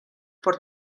por